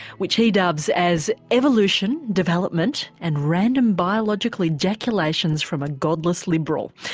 which he dubs as evolution, development and random biological ejaculations from a godless liberal'.